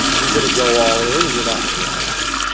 you're going to go all in and you're not going to look back.